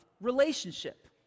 relationship